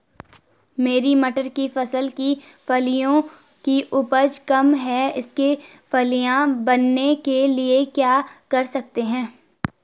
मेरी मटर की फसल की फलियों की उपज कम है इसके फलियां बनने के लिए क्या कर सकते हैं?